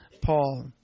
Paul